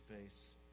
face